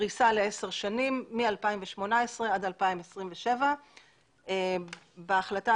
בפריסה לעשר שנים מ-2018 עד 2027. בהחלטה